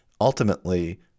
ultimately